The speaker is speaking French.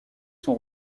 sont